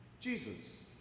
Jesus